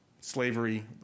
slavery